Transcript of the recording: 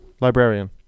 Librarian